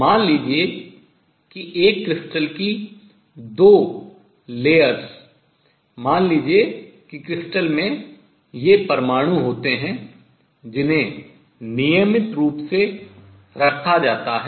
मान लीजिए कि एक क्रिस्टल की दो परतें मान लीजिए कि क्रिस्टल में ये परमाणु होते हैं जिन्हें नियमित रूप से रखा जाता हैं